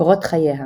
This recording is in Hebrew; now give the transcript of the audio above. קורות חייה